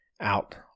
out